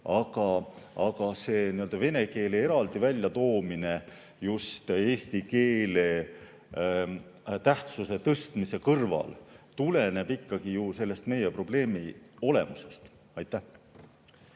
Aga see vene keele eraldi väljatoomine just eesti keele tähtsuse tõstmise kõrval tuleneb ikkagi ju sellest meie probleemi olemusest. Aitäh!